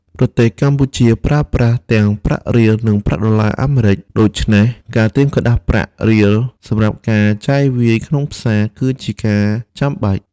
ប្រទេសកម្ពុជាប្រើប្រាស់ទាំងប្រាក់រៀល និងប្រាក់ដុល្លារអាមេរិក ដូច្នេះការត្រៀមក្រដាសប្រាក់រៀលសម្រាប់ការចាយវាយក្នុងផ្សារ គឺជាការចាំបាច់។